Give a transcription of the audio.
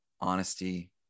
honesty